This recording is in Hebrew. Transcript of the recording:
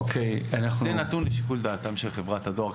זה נתון לשיקול דעתם של חברת הדואר.